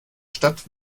stadt